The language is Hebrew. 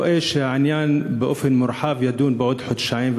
כי אני רואה שהעניין יידון באופן רחב בעוד חודשיים,